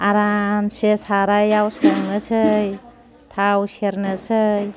आरामसे सारायाव संनोसै थाव सेरनोसै